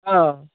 ହଁ